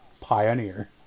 pioneer